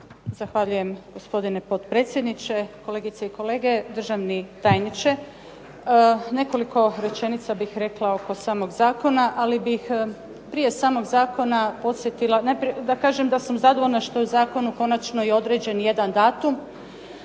Zahvaljujem. Gospodine potpredsjedniče, kolegice i kolege, državni tajniče. Nekoliko rečenica bih rekla oko samog zakona ali bih prije samog zakona podsjetila. Najprije da kažem da sam zadovoljna što je zakonu konačno i određen jedan datum,